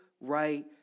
right